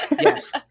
yes